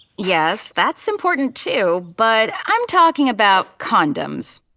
yes, that's important too, but i'm talking about condoms.